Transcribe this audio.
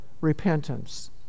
repentance